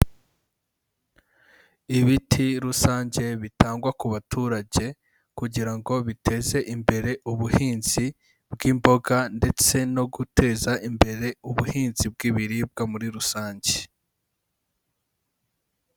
Ibiti rusange bitangwa ku baturage kugira ngo biteze imbere ubuhinzi bw'imboga ndetse no guteza imbere ubuhinzi bw'ibiribwa muri rusange.